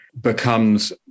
becomes